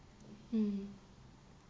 mm